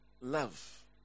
love